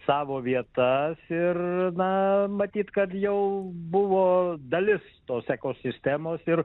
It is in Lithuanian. savo vietas ir na matyt kad jau buvo dalis tos ekosistemos ir